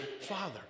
father